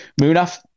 Munaf